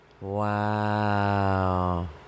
Wow